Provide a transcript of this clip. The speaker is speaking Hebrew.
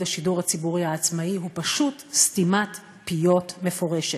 השידור הציבורי העצמאי הוא פשוט סתימת פיות מפורשת,